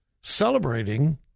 celebrating